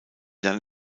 dann